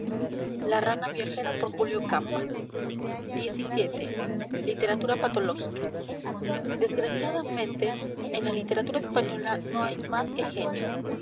xvii literatura patológica desgraciadamente en la literatura española no hay más que genios